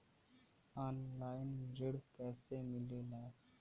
Online ऋण कैसे मिले ला?